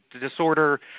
disorder